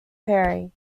perry